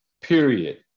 period